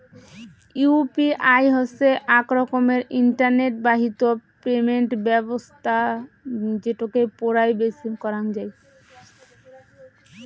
UPI হসে আক রকমের ইন্টারনেট বাহিত পেমেন্ট ব্যবছস্থা যেটোকে পৌরাই বেচিম করাঙ যাই